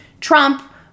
Trump